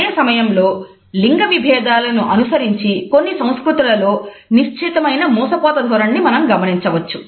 అదే సమయంలో లింగ విభేదాలను అనుసరించి కొన్ని సంస్కృతులలో నిశ్చితమైన మూసపోత ధోరణి ని మనం గమనించవచ్చు